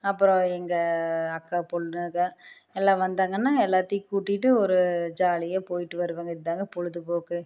அப்புறம் எங்க அக்கா பொண்ணுங்க எல்லா வந்தாங்கன்னா எல்லாத்தையும் கூட்டிட்டு ஒரு ஜாலியாக போய்ட்டு வருவங்க இதாங்க பொழுதுபோக்கு